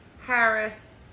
Harris